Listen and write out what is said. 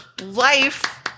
life